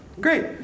Great